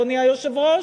אדוני היושב-ראש,